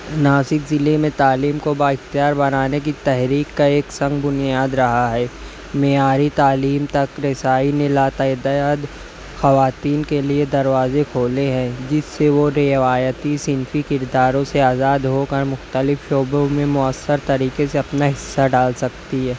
ناسک ضلعے میں تعلیم کو بااختبار بنانے کی تحریک کا ایک سنگ بنیاد رہا ہے معیاری تعلیم تک رسائی نے لاتعداد خواتین کے لیے دروازے کھولے ہیں جس سے وہ روایتی صنفی کرداروں سے آزاد ہو کر مختلف شعبوں میں مؤثر طریقے سے اپنا حصہ ڈال سکتی ہے